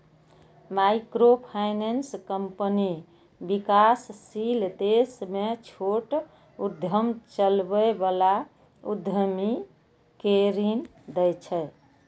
microfinance company विकासशील देश मे छोट उद्यम चलबै बला उद्यमी कें ऋण दै छै